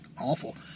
awful